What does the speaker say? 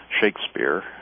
Shakespeare